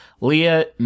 Leah